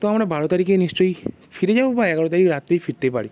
তো আমরা বারো তারিখে নিশ্চয়ই ফিরে যাব বা এগারো তারিখ রাতেই ফিরতে পারি